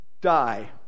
Die